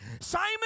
Simon